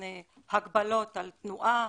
הגבלות על תנעה,